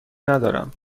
ندارم